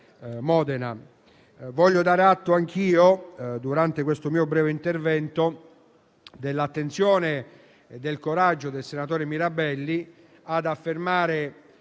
Modena. Voglio dare atto anch'io, durante questo mio breve intervento, dell'attenzione e del coraggio del senatore Mirabelli nel fare